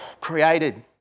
created